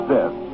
Death